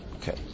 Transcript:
Okay